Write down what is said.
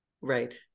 Right